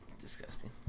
Disgusting